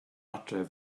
adref